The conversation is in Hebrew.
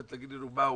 להגיד לנו מהו,